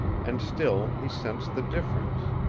and still he sensed the difference.